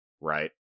right